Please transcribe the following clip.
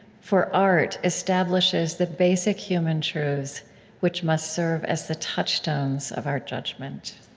for art establishes the basic human truths which must serve as the touchstone of our judgment.